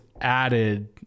added